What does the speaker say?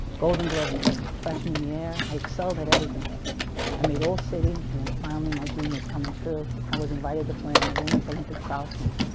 golden glove, my freshman, year i excelled at everything i made all sitting and then finally my dream was coming true i was invited to play on the woman's olympic trial team?